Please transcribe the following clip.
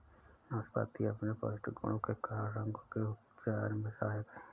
नाशपाती अपने पौष्टिक गुणों के कारण रोगों के उपचार में सहायक है